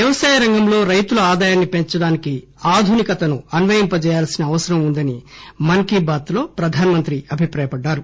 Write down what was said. వ్యవసాయ రంగంలో రైతుల ఆదాయాన్ని పెంచడానికి ఆధునికతను అన్వయింపజేయాల్సిన అవసరం ఉందని మన్ కీ టాత్ లో ప్రధానమంత్రి అభిప్రాయపడ్డారు